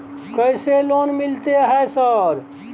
कैसे लोन मिलते है सर?